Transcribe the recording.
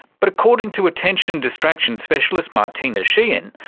but according to attention distraction specialist martina sheehan,